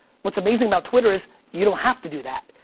what's amazing about twitter is, you don't have to do that.